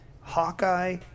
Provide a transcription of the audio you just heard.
Hawkeye